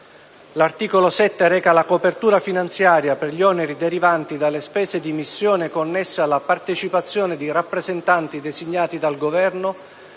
L'articolo 7 reca la copertura finanziaria per gli oneri derivanti dalle spese di missione connesse alla partecipazione di rappresentanti designati dal Governo